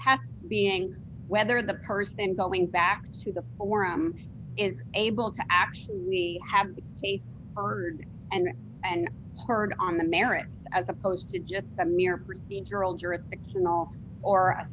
have being whether the person going back to the forum is able to actually have a rd and and heard on the merits as opposed to just a mere procedural jurisdictional or a